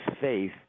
faith